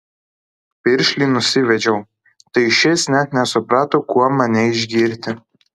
piršlį nusivedžiau tai šis net nesuprato kuom mane išgirti